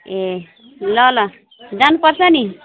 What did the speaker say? ए ल ल जानुपर्छ नि